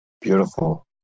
beautiful